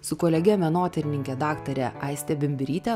su kolege menotyrininkė daktare aiste bimbiryte